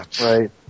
right